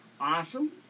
Awesome